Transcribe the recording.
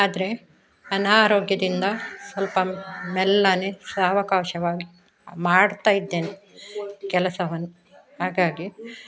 ಆದರೆ ಅನಾರೋಗ್ಯದಿಂದ ಸ್ವಲ್ಪ ಮೆಲ್ಲನೆ ಸಾವಕಾಶವಾಗಿ ಮಾಡ್ತಾಯಿದ್ದೇನೆ ಕೆಲಸವನ್ನ ಹಾಗಾಗಿ